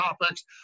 topics